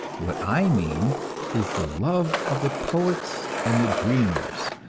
what i mean is the love of the poets and the dreamers,